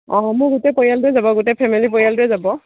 অ মোৰ গোটেই পৰিয়ালটোৱে যাব গোটেই ফেমিলি পৰিয়ালটোৱে যাব